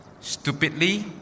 stupidly